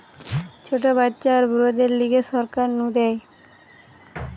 ছোট বাচ্চা আর বুড়োদের লিগে সরকার নু দেয়